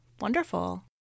Wonderful